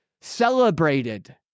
celebrated